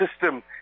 system